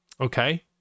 Okay